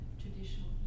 traditional